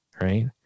right